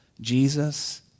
Jesus